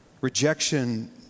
Rejection